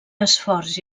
esforç